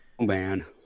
man